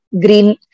green